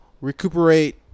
Recuperate